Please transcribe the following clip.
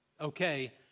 okay